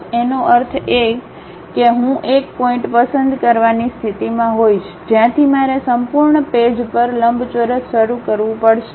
એનો અર્થ એ કે હું એક પોઇન્ટ પસંદ કરવાની સ્થિતિમાં હોઈશ જ્યાંથી મારે સંપૂર્ણ પેજ પર લંબચોરસ શરૂ કરવું પડશે